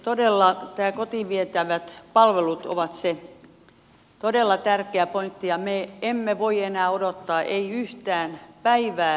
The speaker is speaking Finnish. todella nämä kotiin vietävät palvelut ovat se todella tärkeä pointti ja me emme voi enää odottaa emme yhtään päivää ylimääräistä vaan tarvitaan ripeät teot